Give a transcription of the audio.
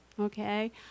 okay